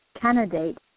candidate